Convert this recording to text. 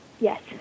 Yes